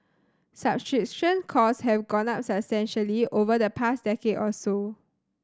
cost have gone up substantially over the past decade or so